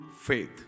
faith